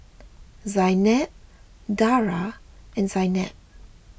Zaynab Dara and Zaynab